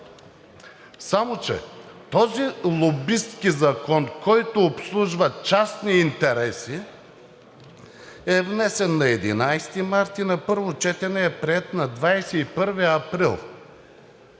Само че този лобистки закон, който обслужва частни интереси, е внесен на 11 март и на първо четене е приет на 21 април,